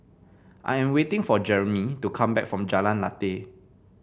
I am waiting for Jeremie to come back from Jalan Lateh